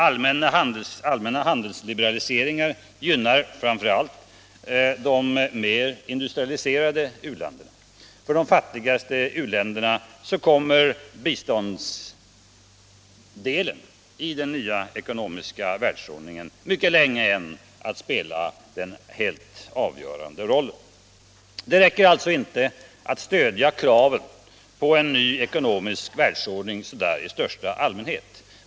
Allmän handelsliberalisering gynnar framför allt de mer industrialiserade u-länderna. För de fattigaste u-länderna kommer biståndsdelen i den nya ekonomiska världsordningen mycket länge än att spela en central roll, etc. Det räcker alltså inte att stödja kraven på en ny ekonomisk världsordning i största allmänhet.